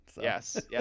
Yes